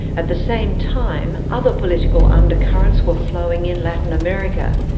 at the same time other political undercurrents were flowing in latin america,